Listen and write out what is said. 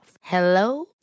Hello